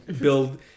build